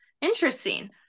interesting